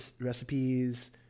recipes